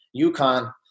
UConn